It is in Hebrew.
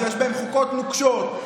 שיש בהן חוקות נוקשות,